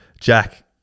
Jack